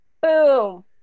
boom